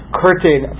curtain